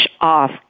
off